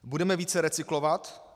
Budeme více recyklovat?